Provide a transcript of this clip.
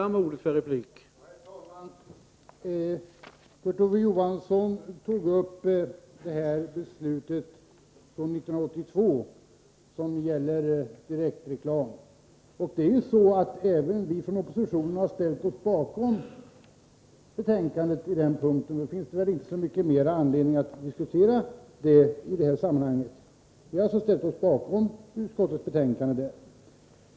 Herr talman! Kurt Ove Johansson tog upp beslutet från 1982 om direktreklam. Även vi från oppositionen ställde oss bakom betänkandet på den punkten. Det finns väl då inte så mycket mer anledning att diskutera det i detta sammanhang. Vi har alltså ställt oss bakom det utskottsbetänkandet.